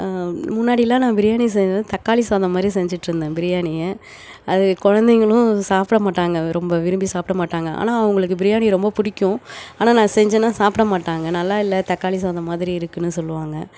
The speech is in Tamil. முன்னாடியெலாம் நான் பிரியாணி செய்வது தக்காளி சாதம் மாதிரி செஞ்சுட்டு இருந்தேன் பிரியாணியை அது குழந்தைங்களும் சாப்பிட மாட்டாங்க ரொம்ப விரும்பி சாப்பிட மாட்டாங்க ஆனால் அவர்களுக்கு பிரியாணி ரொம்ப பிடிக்கும் ஆனால் நான் செஞ்சேன்னால் சாப்பிட மாட்டாங்க நல்லா இல்லை தக்காளி சாதம் மாதிரி இருக்குதுன்னு சொல்லுவாங்க